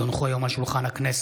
כי הונחו היום על שולחן הכנסת,